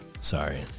Sorry